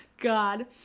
God